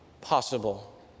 possible